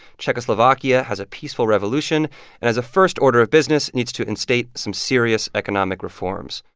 czechoslovakia has a peaceful revolution and as a first order of business needs to instate some serious economic reforms.